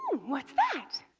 what's that?